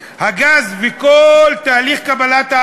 הביזיון, אין לו גבול בצל הממשלה